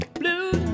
blue